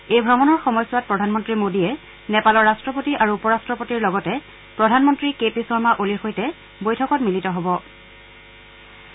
এই ভ্ৰমণৰ সময়ছোৱাত প্ৰধানমন্ত্ৰী মোডীয়ে নেপালৰ ৰাট্টপতি আৰু উপ ৰাট্টপতিৰ লগতে প্ৰধানমন্ত্ৰী কে পি শৰ্মা অলীৰ সৈতে বৈঠকত মিলিত হ'ব